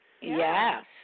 Yes